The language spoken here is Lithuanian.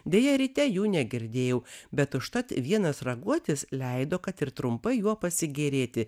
deja ryte jų negirdėjau bet užtat vienas raguotis leido kad ir trumpai juo pasigėrėti